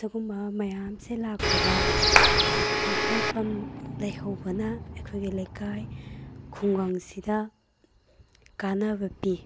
ꯑꯗꯨꯒꯨꯝꯕ ꯃꯌꯥꯝꯁꯦ ꯂꯥꯛꯄꯗ ꯑꯩꯈꯣꯏ ꯍꯦꯜ ꯄꯝ ꯂꯩꯍꯧꯕꯅ ꯑꯩꯈꯣꯏꯒꯤ ꯂꯩꯀꯥꯏ ꯈꯨꯡꯒꯪꯁꯤꯗ ꯀꯥꯟꯅꯕ ꯄꯤ